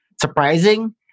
surprising